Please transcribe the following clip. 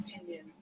opinion